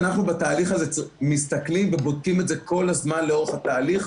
אנחנו בתהליך הזה מסתכלים ובודקים את זה כל הזמן לאורך התהליך.